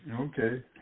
Okay